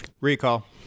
Recall